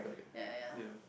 ya ya